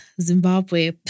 Zimbabwe